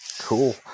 cool